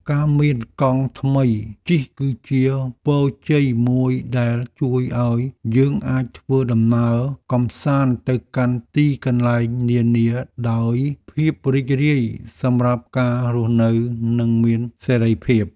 ការមានកង់ថ្មីជិះគឺជាពរជ័យមួយដែលជួយឱ្យយើងអាចធ្វើដំណើរកម្សាន្តទៅកាន់ទីកន្លែងនានាដោយភាពរីករាយសម្រាប់ការរស់នៅនិងមានសេរីភាព។